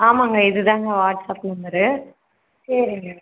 ஆமாங்க இதுதாங்க WhatsApp number சரிங்க